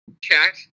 check